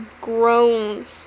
groans